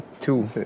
two